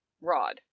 Rod